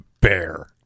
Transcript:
bear